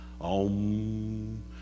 om